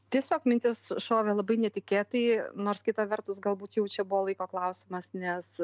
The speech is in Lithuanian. tiesiog mintis šovė labai netikėtai nors kita vertus galbūt jau čia buvo laiko klausimas nes